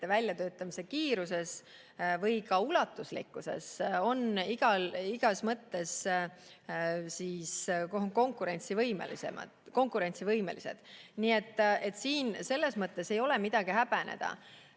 väljatöötamise kiirust või ka ulatuslikkust, on igas mõttes konkurentsivõimelised. Nii et siin ei ole midagi häbeneda.